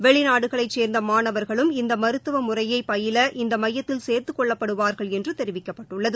வெளிநாடுகளை சேர்ந்த மாணவர்களும் இந்த மருத்துவ முறையை பயில இந்த மையத்தில் சேர்துக் கொள்ளப்படுவார்கள் என்று தெரிவிக்கப்பட்டுள்ளது